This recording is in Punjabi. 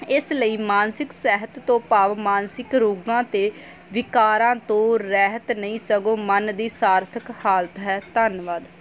ਇਸ ਲਈ ਮਾਨਸਿਕ ਸਿਹਤ ਤੋਂ ਭਾਵ ਮਾਨਸਿਕ ਰੋਗਾਂ ਅਤੇ ਵਿਕਾਰਾਂ ਤੋਂ ਰਹਿਤ ਨਹੀਂ ਸਗੋਂ ਮਨ ਦੀ ਸਾਰਥਕ ਹਾਲਤ ਹੈ ਧੰਨਵਾਦ